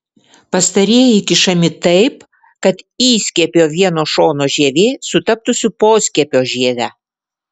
pastarieji kišami taip kad įskiepio vieno šono žievė sutaptų su poskiepio žieve